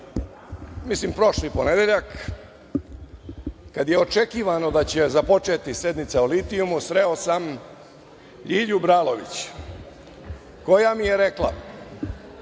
mislim prošli ponedeljak kada je očekivano da će započeti sednica o litijumu, sreo sam Ljilju Bralović koja mi je rekla